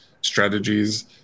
strategies